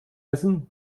essen